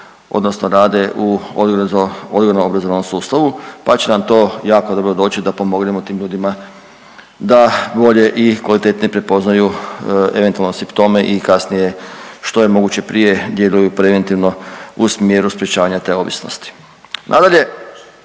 odnosno rade u odgojno-obrazovnom sustavu pa će nam to jako dobro doći da pomognemo tim ljudima da bolje i kvalitetnije prepoznaju eventualno simptome i kasnije što je moguće prije gdje drugi preventivno u smjeru sprječavanja te ovisnosti. Nadalje,